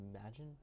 imagine